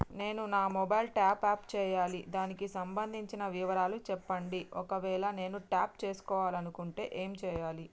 నేను నా mobile top up చేయాలి దానికి సంబంధించిన వివరాలు చెప్పండి ఒకవేళ నేను టాప్ చేసుకోవాలనుకుంటే ఏం చేయాలి?